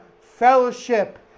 fellowship